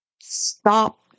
stop